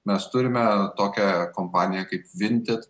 mes turime tokią kompaniją kaip vintid